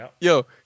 Yo